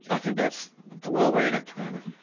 i think that's the world we're in at the moment.